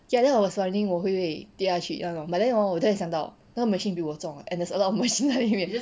ya then I was wondering 我会不会掉下去那种 but then hor 我突然想到那个 machine 比我重 and there's a lot of machine 在里面